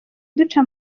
duca